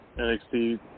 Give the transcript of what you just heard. NXT